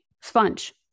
sponge